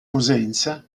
cosenza